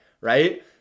right